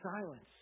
silence